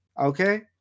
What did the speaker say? Okay